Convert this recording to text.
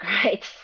great